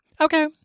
okay